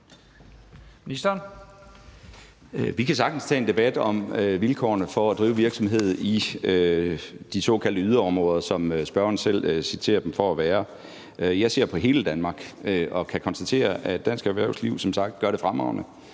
Vi kan sagtens tage en debat om vilkårene for at drive virksomhed i de såkaldte yderområder, som spørgeren selv benævner dem. Jeg ser på hele Danmark og kan konstatere, at dansk erhvervsliv som sagt gør det fremragende.